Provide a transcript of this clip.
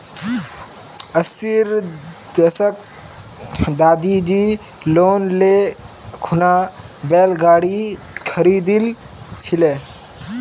अस्सीर दशकत दादीजी लोन ले खूना बैल गाड़ी खरीदिल छिले